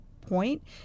point